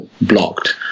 blocked